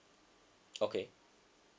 okay